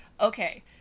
Okay